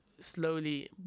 slowly